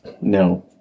no